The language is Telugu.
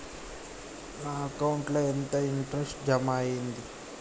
నా అకౌంట్ ల ఎంత ఇంట్రెస్ట్ జమ అయ్యింది?